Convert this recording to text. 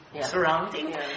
Surrounding